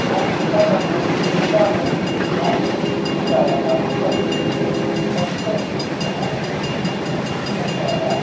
ਉਹ ਉਸ ਤਰ੍ਹਾਂ ਉਹਨਾਂ ਨੂੰ ਉਹਨਾਂ ਨੂੰ ਇਸ ਥਾਂ 'ਤੇ ਪਹੁੰਚਾਇਆ ਜਾਵੇ ਸਹੀ ਤਰੀਕੇ ਅਤੇ ਸਪੱਸ਼ਟ ਰੂਪ ਦੇ ਵਿੱਚ ਪਹੁੰਚਾਇਆ